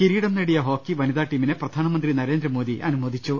കിരീടം നേടിയ ഹോക്കി വനിതാടീമിനെ പ്രധാനമന്ത്രി നരേന്ദ്ര മോദി അനുമോദിച്ചു